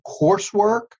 coursework